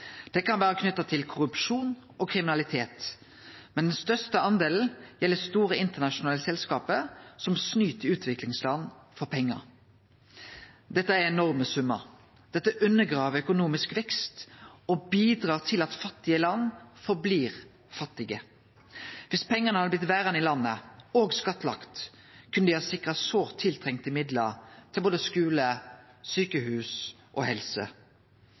Det kan vere knytt til korrupsjon og kriminalitet, men den største delen gjeld store internasjonale selskap som snyter utviklingsland for pengar. Dette er enorme summar. Dette undergrev økonomisk vekst og bidreg til at fattige land blir verande fattige. Om pengane hadde blitt verande i landet og blitt skattlagde, kunne dei ha sikra midlar ein sårt treng til både skule, sjukehus og helse.